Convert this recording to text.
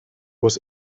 was